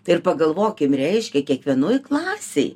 tai ir pagalvokim reiškia kiekvienoj klasėj